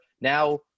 now